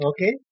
Okay